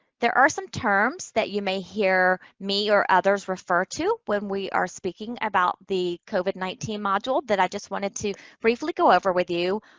there are some terms that you may hear me or others refer to when we are speaking about the covid nineteen module that i just wanted to briefly go over with you.